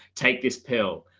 take this pill,